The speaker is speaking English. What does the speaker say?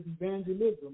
evangelism